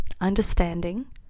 Understanding